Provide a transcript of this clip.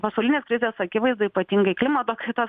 pasaulinės krizės akivaizdoj ypatingai klimato kaitos